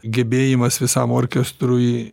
gebėjimas visam orkestrui